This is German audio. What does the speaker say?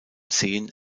zehen